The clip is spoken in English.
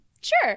Sure